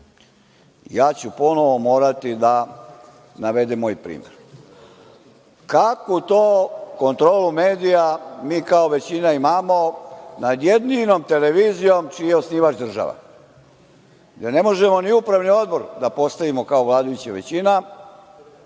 Ja ću ponovo morati da navedem moj primer. Kako to kontrolu medija mi kao većina imamo nad jedinom televizijom čiji je osnivač država, gde ne možemo ni upravni odbor da postavimo kao vladajuća većina?